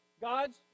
God's